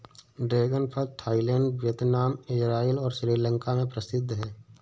dragon फल Thailand, Vietnam, Israel और श्रीलंका में प्रसिद्ध है